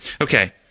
Okay